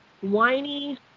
whiny